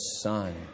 son